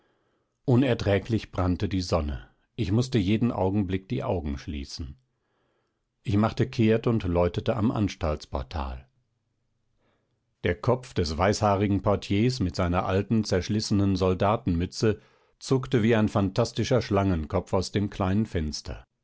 unerträglich brannte die sonne ich mußte jeden augenblick die augen schließen ich machte kehrt und läutete am anstaltsportal der kopf des weißhaarigen portiers mit seiner alten zerschlissenen soldatenmütze zuckte wie ein phantastischer schlangenkopf aus dem kleinen fenster